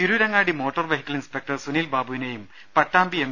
Tirurangadi motor vehicle inspector സുനിൽബാബുവിനെയും Pattambi M